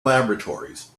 laboratories